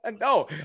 No